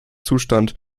zustand